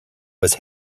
was